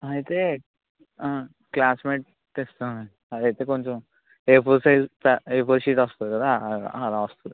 అయితే క్లాస్మేట్ ఇస్తాను అది అయితే కొంచెం A four size A four sheet వస్తుంది కదా అలాగా అలా వస్తుంది